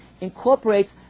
incorporates